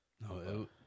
no